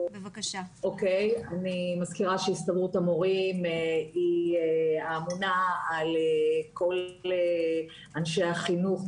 אני מזכירה שהסתדרות המורים אמונה על אנשי החינוך,